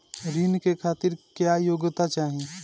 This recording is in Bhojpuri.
ऋण के खातिर क्या योग्यता चाहीं?